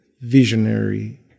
visionary